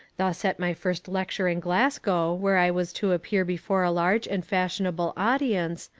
thus at my first lecture in glasgow where i was to appear before a large and fashionable audience,